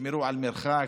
תשמרו על מרחק.